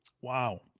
Wow